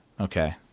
Okay